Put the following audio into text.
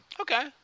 Okay